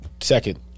second